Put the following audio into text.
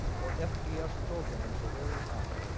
or fbs programs, are very high.